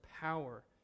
power